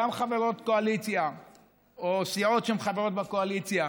גם חברות קואליציה או סיעות שהן חברות בקואליציה,